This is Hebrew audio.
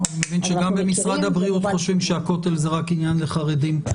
אני מבין שגם במשרד הבריאות חושבים שהכותל זה רק עניין לחרדים.